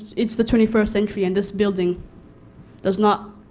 it's the twenty first century in this building does not,